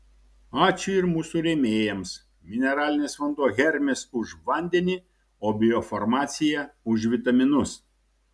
ačiū ir mūsų rėmėjams mineralinis vanduo hermis už vandenį o biofarmacija už vitaminus